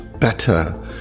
better